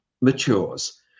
matures